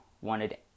wanted